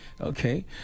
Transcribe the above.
okay